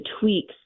tweaks